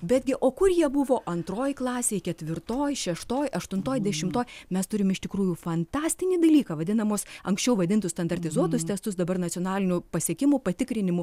betgi o kur jie buvo antroj klasėj ketvirtoj šeštoj aštuntoj dešimtoj mes turim iš tikrųjų fantastinį dalyką vadinamos anksčiau vadintus standartizuotus testus dabar nacionalinių pasiekimų patikrinimų